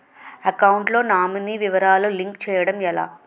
Account లో nominee వివరాలు link చేయటం ఎలా?